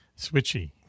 Switchy